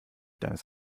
deines